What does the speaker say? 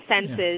senses